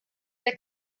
der